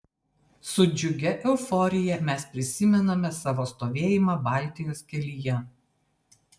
su džiugia euforija mes prisimename savo stovėjimą baltijos kelyje